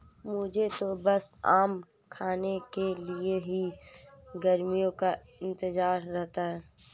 मुझे तो बस आम खाने के लिए ही गर्मियों का इंतजार रहता है